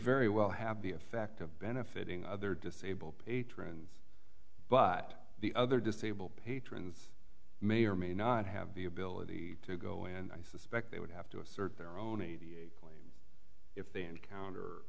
very well have the effect of benefiting other disabled patrons but the other disabled patrons may or may not have the ability to go and i suspect they would have to assert their own e t a if they encounter